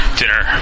dinner